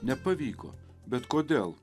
nepavyko bet kodėl